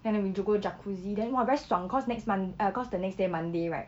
and then we ju~ go jacuzzi then !wah! very 爽 because next mon~ err because the next day monday right